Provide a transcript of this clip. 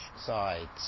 sides